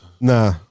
Nah